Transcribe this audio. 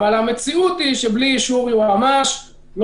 המציאות היא שבלי אישור היועץ המשפטי